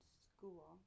school